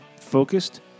focused